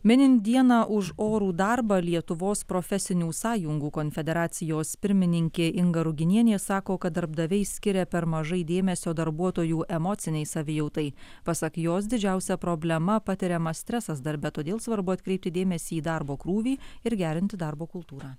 minint dieną už orų darbą lietuvos profesinių sąjungų konfederacijos pirmininkė inga ruginienė sako kad darbdaviai skiria per mažai dėmesio darbuotojų emocinei savijautai pasak jos didžiausia problema patiriamas stresas darbe todėl svarbu atkreipti dėmesį į darbo krūvį ir gerinti darbo kultūrą